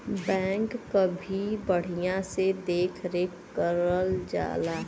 बैल क भी बढ़िया से देख रेख करल जाला